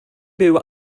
byw